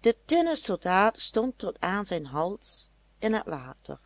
de tinnen soldaat stond tot aan zijn hals in het water